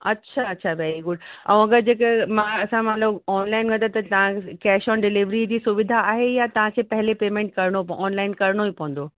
अछा अछा very good ऐं अगरि जेके मां असां मतिलबु ऑनलाइन मतिलबु त तव्हां कैश ऑन डिलेविरीअ जी सुविधा आहे या तव्हांखे पहले पेमेंट करिणो पौं ऑनलाइन करिणो ई पवंदो